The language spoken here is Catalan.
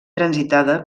transitada